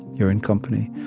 you're in company.